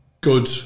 good